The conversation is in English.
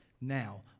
now